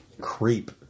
creep